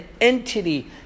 entity